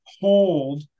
hold